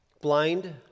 Blind